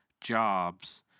jobs